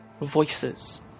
voices